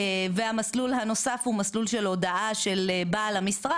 והמסלול הנוסף הוא מסלול של הודעה של בעל המשרה,